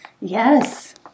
Yes